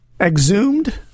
Exhumed